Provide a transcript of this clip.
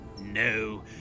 No